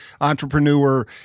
entrepreneur